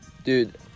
Dude